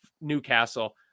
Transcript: Newcastle